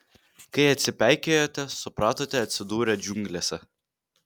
kai atsipeikėjote supratote atsidūrę džiunglėse